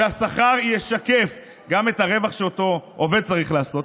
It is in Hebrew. ושהשכר ישקף גם את הרווח שאותו עובד צריך לעשות.